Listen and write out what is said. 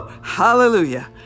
Hallelujah